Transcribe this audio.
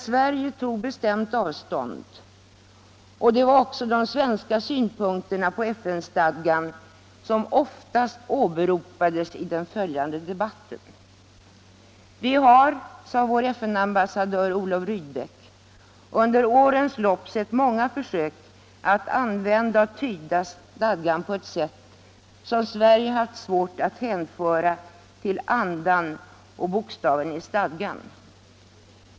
Sverige tog bestämt avstånd — och det var också de svenska synpunkterna på FN-stadgan som oftast åberopades i den följande debatten. Vi har, sade vår FN-ambassadör Olof Rydbeck, under årens lopp sett många försök att använda och tyda stadgan på ett sätt som Sverige haft svårt att hänföra till andan och bokstaven i stadgan.